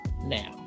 now